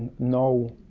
know,